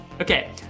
Okay